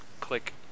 click